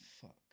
Fuck